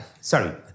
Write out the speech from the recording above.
sorry